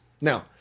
Now